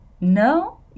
no